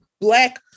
Black